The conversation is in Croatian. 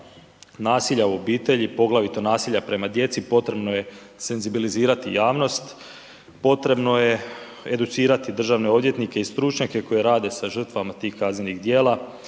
nasilja u obitelji poglavito nasilja prema djeci, potrebno je senzibilizirati javnost, potrebno je educirati državne odvjetnike i stručnjake koji rade sa žrtvama tih kaznenih djela